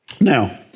Now